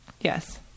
Yes